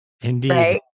Indeed